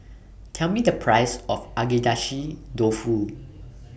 Tell Me The Price of Agedashi Dofu